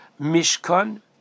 mishkan